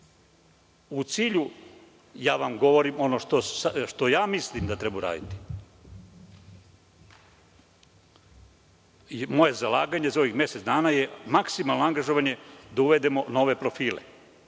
svetu. Govorim vam ono što mislim da treba uraditi. Moje zalaganje za ovih mesec dana je maksimalno angažovanje da uvedemo nove profile,